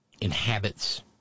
inhabits